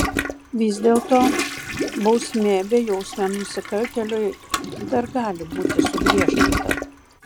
vis dėlto bausmė bejausmiam nusikaltėliui dar gali būti sugriežtinta